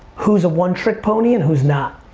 who's a one trick pony and who's not?